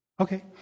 Okay